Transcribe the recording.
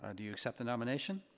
ah do you accept the nomination?